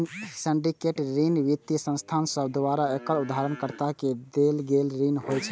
syndicate ऋण वित्तीय संस्थान सभ द्वारा एकल उधारकर्ता के देल गेल ऋण होइ छै